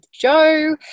joe